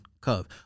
Cove